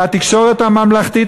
והתקשורת הממלכתית,